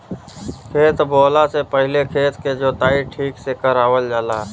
खेत बोवला से पहिले खेत के जोताई ठीक से करावल जाला